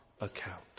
account